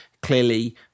clearly